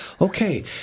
Okay